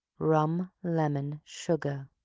rum, lemon, sugar,